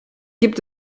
gibt